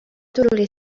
tolérer